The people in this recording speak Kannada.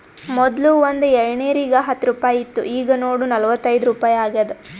ಮೊದ್ಲು ಒಂದ್ ಎಳ್ನೀರಿಗ ಹತ್ತ ರುಪಾಯಿ ಇತ್ತು ಈಗ್ ನೋಡು ನಲ್ವತೈದು ರುಪಾಯಿ ಆಗ್ಯಾದ್